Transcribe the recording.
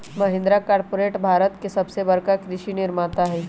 Mahindra corporate Bharat के सबसे बड़का कृषि निर्माता हई